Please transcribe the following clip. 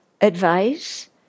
advice